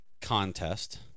contest